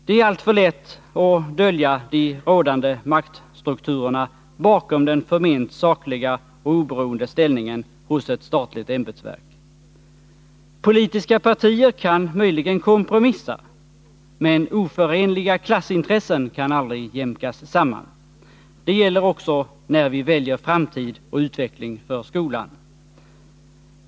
Det är alltför lätt att dölja de rådande maktstrukturerna bakom den förment sakliga och oberoende ställningen hos ett statlig ämbetsverk. Politiska partier kan möjligen kompromissa. Men oförenliga kraftintressen kan aldrig jämkas samman. Det gäller också när vi väljer framtid och utveckling för skolan.